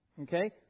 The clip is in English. okay